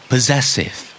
Possessive